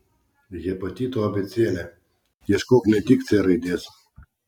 hepatito abėcėlė ieškok ne tik c raidės